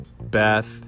Beth